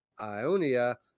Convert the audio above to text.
Ionia